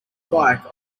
bike